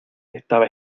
estaba